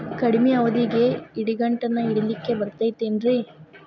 ಕಡಮಿ ಅವಧಿಗೆ ಇಡಿಗಂಟನ್ನು ಇಡಲಿಕ್ಕೆ ಬರತೈತೇನ್ರೇ?